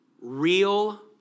real